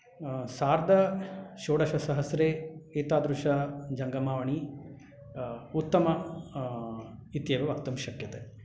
सार्धषोडशसहस्रे एतादृश जङ्गमवाणी उत्तमा इत्येव वक्तुं शक्यते